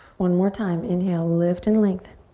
one more time, inhale, lift and lengthen.